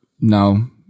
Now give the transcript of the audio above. no